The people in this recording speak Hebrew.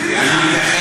אז הוא רוצה שאני אגיד,